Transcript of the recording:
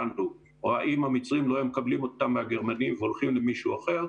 האם המצרים לא היו מקבלים אותן מהגרמנים והולכים למישהו אחר,